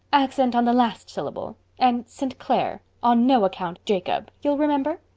accent on the last syllable. and st. clair. on no account jacob. you'll remember?